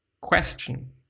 question